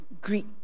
Greek